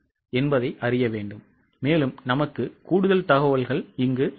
இப்போது நமக்கு கூடுதல் தகவல்கள் தேவை